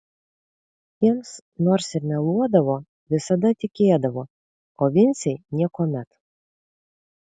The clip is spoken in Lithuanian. jiems nors ir meluodavo visada tikėdavo o vincei niekuomet